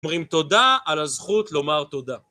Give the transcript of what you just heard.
אומרים תודה על הזכות לומר תודה.